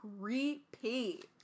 creepy